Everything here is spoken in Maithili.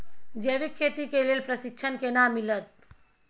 जैविक खेती के लेल प्रशिक्षण केना मिलत?